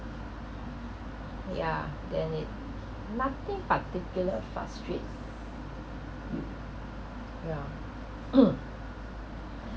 yeah then it nothing particular frustrate with yeah